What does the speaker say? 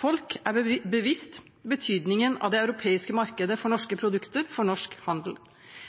Folk er bevisst betydningen av det europeiske markedet for norske produkter og norsk handel.